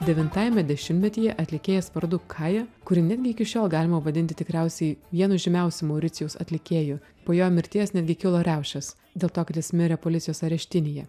devintajame dešimtmetyje atlikėjas vardu kaija kurį netgi iki šiol galima vadinti tikriausiai vienu žymiausių mauricijaus atlikėjų po jo mirties netgi kilo riaušės dėl to kad jis mirė policijos areštinėje